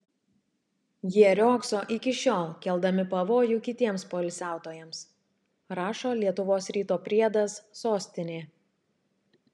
jie riogso iki šiol keldami pavojų kitiems poilsiautojams rašo lietuvos ryto priedas sostinė